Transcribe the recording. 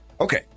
Okay